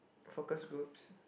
focus groups